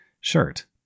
shirt